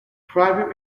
private